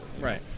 Right